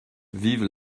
vive